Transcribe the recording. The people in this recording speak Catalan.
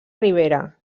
ribera